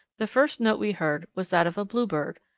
the first note we heard was that of a bluebird,